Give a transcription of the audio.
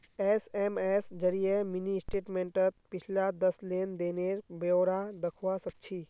SMS जरिए mini स्टेटमेंटत पिछला दस लेन देनेर ब्यौरा दखवा सखछी